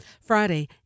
Friday